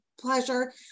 pleasure